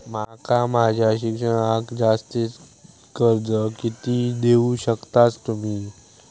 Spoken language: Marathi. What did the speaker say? माका माझा शिक्षणाक जास्ती कर्ज कितीचा देऊ शकतास तुम्ही?